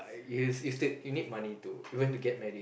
you still you need money to even to get married